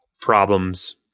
problems